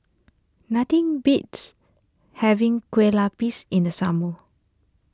nothing beats having Kueh Lupis in the summer